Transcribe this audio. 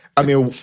i mean,